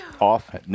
Off